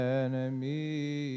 enemy